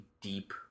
deep